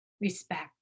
respect